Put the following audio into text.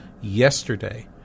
yesterday